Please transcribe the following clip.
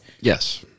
Yes